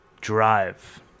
drive